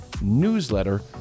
newsletter